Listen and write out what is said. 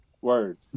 Word